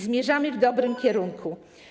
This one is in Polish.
Zmierzamy w dobrym kierunku.